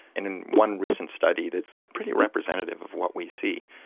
in one recent study that's pretty representative of what we see,